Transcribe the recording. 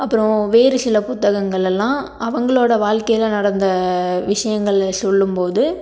அப்புறம் வேறு சில புத்தகங்கள் எல்லாம் அவர்களோட வாழ்க்கையில நடந்த விஷயங்கள சொல்லும்போது